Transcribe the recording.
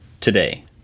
today